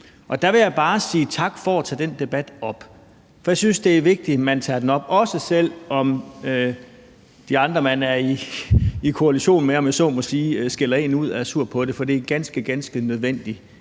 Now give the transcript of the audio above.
og der vil jeg bare sige tak for, at man tager den debat op, for jeg synes, det er vigtigt, at man tager den op, også selv om de andre, man er i koalition med, om jeg så må sige, skælder en ud og er sur over det – for det er en ganske, ganske nødvendig